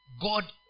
God